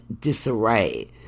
disarray